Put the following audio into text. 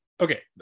Okay